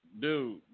Dude